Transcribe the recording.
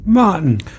Martin